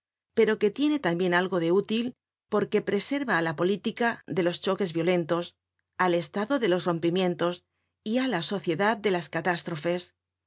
pero que tiene tambien algo de útil porque preserva á la política de los choques violentos al estado de los rompimientos y á la sociedad de las catástrofes